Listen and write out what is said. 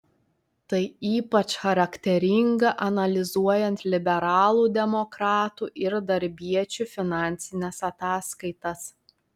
tai ypač charakteringa analizuojant liberalų demokratų ir darbiečių finansines ataskaitas